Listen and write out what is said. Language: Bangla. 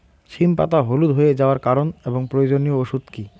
সিম পাতা হলুদ হয়ে যাওয়ার কারণ এবং প্রয়োজনীয় ওষুধ কি?